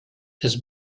his